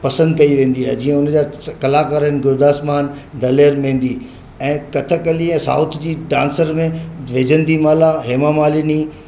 पसंदि कई वेंदी आहे जीअं उन जा कलाकार आहिनि गुरदास्मान दलेर मेहंदी ऐं कथकलीअ साउथ जी डांसर में वेजंती माला हेमा मालिनी